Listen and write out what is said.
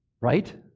Right